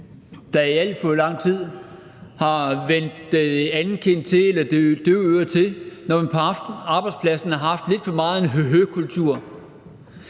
der i alt for lang tid har vendt det døve øre til, når man på arbejdspladsen lidt for meget har haft en høhø-kultur.